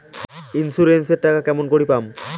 Insurance এর টাকা কেমন করি পাম?